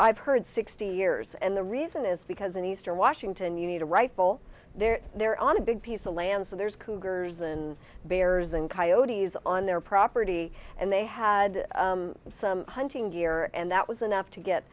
i've heard sixty years and the reason is because in eastern washington you need a rifle they're there on a big piece of land so there's cougars and bears and coyote's on their property and they had some hunting deer and that was enough